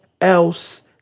else